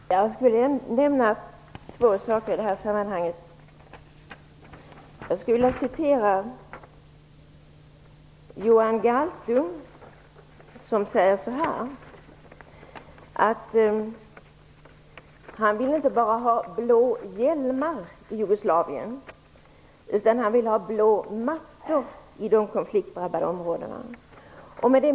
Herr talman! Jag vill nämna två saker i det här sammanhanget. Jag vill hänvisa till vad Johan Galtung säger. Han säger att han inte bara vill ha blå hjälmar i Jugoslavien, utan han vill ha blå mattor i de konfliktdrabbade områdena.